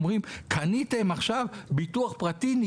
ואומרים קניתם ביטוח פרטי עכשיו ניקח לכם את זה.